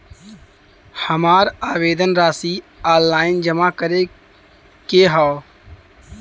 हमार आवेदन राशि ऑनलाइन जमा करे के हौ?